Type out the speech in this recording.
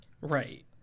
Right